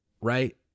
right